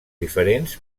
diferents